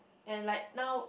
and like now